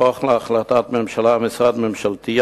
בכל החלטת ממשלה או משרד ממשלתי,